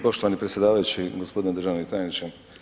Poštovani predsjedavajući i gospodine državni tajniče.